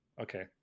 Okay